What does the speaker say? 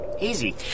Easy